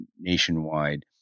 nationwide